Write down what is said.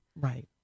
right